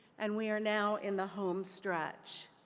and we are now in the home stretch.